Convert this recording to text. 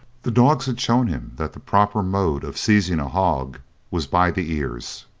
the dogs had shown him that the proper mode of seizing a hog was by the ears,